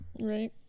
right